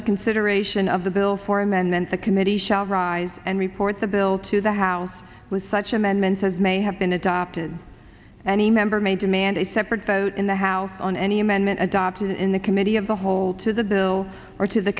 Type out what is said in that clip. of consideration of the bill for amendment the committee shall rise and report the bill to the house with such amendments as may have been adopted and the member may demand a separate vote in the house on any amendment adopted in the committee of the whole to the bill or to the